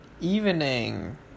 evening